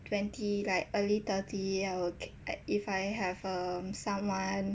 twenty like early thirty I would like if I have um someone